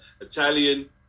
Italian